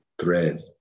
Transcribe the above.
thread